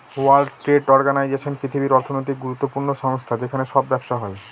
world trade organization পৃথিবীর অর্থনৈতিক গুরুত্বপূর্ণ সংস্থা যেখানে সব ব্যবসা হয়